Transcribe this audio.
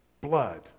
blood